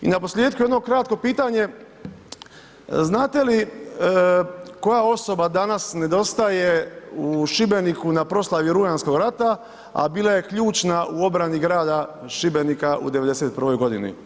I naposljetku jedno kratko pitanje, znate li koja osoba danas nedostaje u Šibeniku na proslavi Rujanskog rata a bila je ključna u obrani grada Šibenika u '91. g.